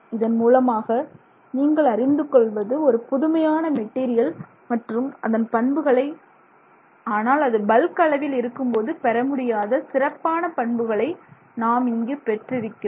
இதன் மூலமாக நீங்கள் அறிந்து கொள்வது ஒரு புதுமையான மெட்டீரியல் மற்றும் அதன் பண்புகளை ஆனால் அது பல்க் அளவில் இருக்கும்போது பெறமுடியாத சிறப்பான பண்புகளை நாம் இங்கு பெற்றிருக்கிறோம்